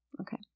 Okay